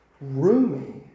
roomy